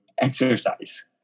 exercise